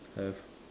have